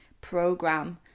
program